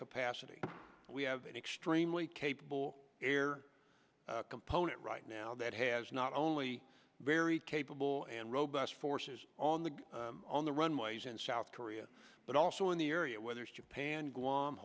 capacity we have an extremely capable air component right now that has not only very capable and robust forces on the on the runways in south korea but also in the area whether it's japan guam